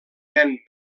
nen